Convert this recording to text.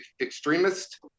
extremist